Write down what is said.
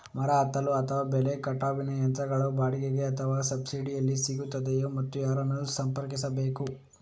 ಮರ ಹತ್ತಲು ಅಥವಾ ಬೆಲೆ ಕಟಾವಿನ ಯಂತ್ರಗಳು ಬಾಡಿಗೆಗೆ ಅಥವಾ ಸಬ್ಸಿಡಿಯಲ್ಲಿ ಸಿಗುತ್ತದೆಯೇ ಮತ್ತು ಯಾರನ್ನು ಸಂಪರ್ಕಿಸಬೇಕು?